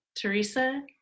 Teresa